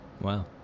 Wow